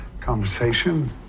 conversation